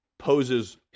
poses